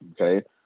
Okay